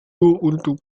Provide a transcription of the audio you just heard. untuk